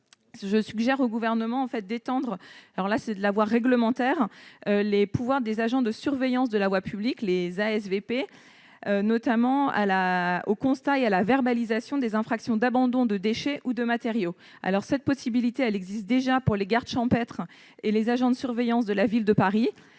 je suggère au Gouvernement d'étendre par la voie réglementaire les pouvoirs des agents de surveillance de la voie publique, les ASVP, au constat et à la verbalisation des infractions d'abandon de déchets ou de matériaux. Cette possibilité existe déjà pour les gardes champêtres et les agents de surveillance de Paris.